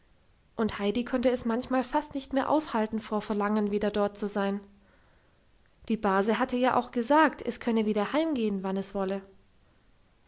und heidi konnte es manchmal fast nicht mehr aushalten vor verlangen wieder dort zu sein die base hatte ja auch gesagt es könne wieder heimgehen wann es wolle